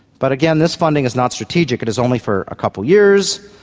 but again, this funding is not strategic, it is only for a couple of years,